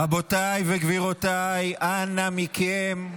רבותיי וגבירותיי, אנא מכם.